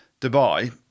Dubai